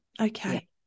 Okay